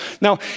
Now